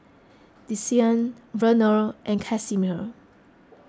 Desean Vernal and Casimir